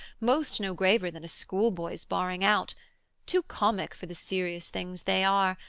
most no graver than a schoolboys' barring out too comic for the serious things they are,